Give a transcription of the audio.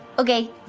okay.